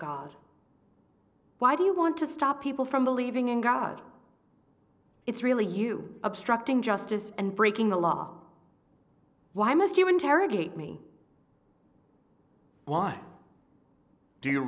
god why do you want to stop people from believing in god it's really you obstructing justice and breaking the law why must you interrogate me why do you